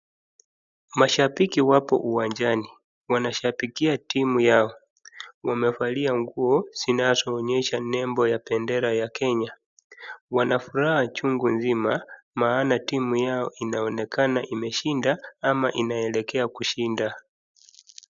Mashabiki wapo uwanjani wanashabikia timu yao. Wamevalia nguo zinazoonyesha nembo ya bendera ya kenya. Wanafuraha chungu mzima maana timu yao inaonekana imeshinda ama inaelekea kushinda.